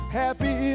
happy